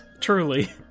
Truly